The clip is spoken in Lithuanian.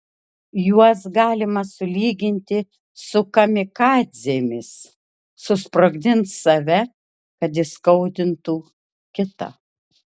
juos galima sulyginti su kamikadzėmis susprogdins save kad įskaudintų kitą